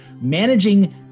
managing